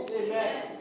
Amen